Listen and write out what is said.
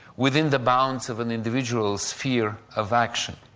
within the bounds of an individual's sphere of action.